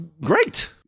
great